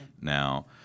Now